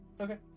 Okay